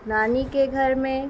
نانی کے گھر میں